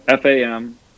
FAM